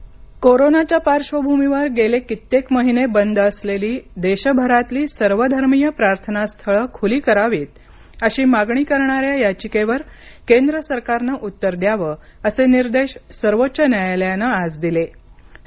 प्रार्थना स्थळे कोरोनाच्या पार्श्वभूमीवर गेले कित्येक महिने बंद असलेली देशभरातली सर्वधर्मीय प्रार्थना स्थळ खुली करावीत अशी मागणी करणाऱ्या याचिकेवर केंद्र सरकारनं उत्तर द्यावं असे निर्देश सर्वोच्च न्यायालयानं आज दिले आहेत